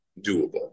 doable